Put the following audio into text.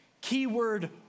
keyword